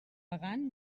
pagant